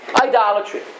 Idolatry